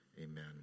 Amen